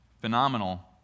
phenomenal